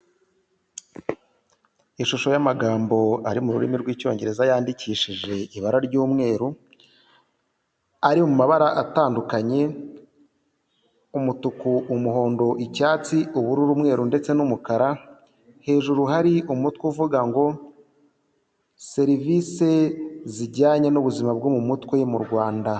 Ishusho y'amagambo ari mu rurimi rw'icyongereza yandikishije ibara ry'umweru, ari mu mabara atandukanye, umutuku, umuhondo, icyatsi, ubururu, umweru ndetse n'umukara, hejuru hari umutwe uvuga ngo serivisi zijyanye n'ubuzima bwo mu mutwe mu Rwanda.